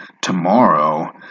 tomorrow